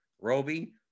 Roby